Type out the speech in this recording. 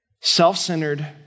self-centered